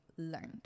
Learned